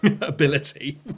ability